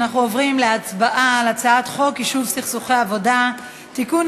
אנחנו עוברים להצבעה על הצעת חוק יישוב סכסוכי עבודה (תיקון,